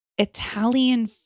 Italian